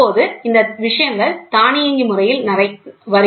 இப்போது இந்த விஷயங்கள் தானியங்கி முறையில் வருகின்றன